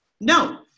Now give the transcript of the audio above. No